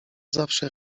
zawsze